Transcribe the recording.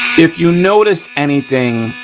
if you notice anything,